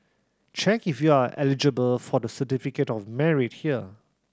check if you are eligible for the Certificate of Merit here